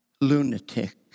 lunatic